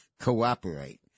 cooperate